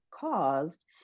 caused